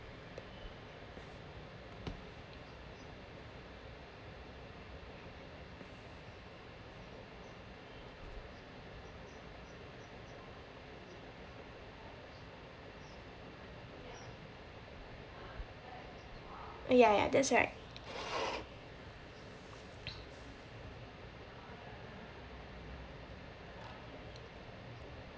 ya ya that's right